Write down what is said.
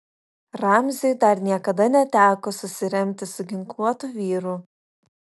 ramziui dar niekada neteko susiremti su ginkluotu vyru